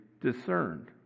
discerned